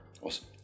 Awesome